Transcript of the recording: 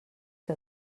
que